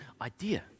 idea